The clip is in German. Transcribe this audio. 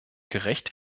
gerecht